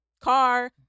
car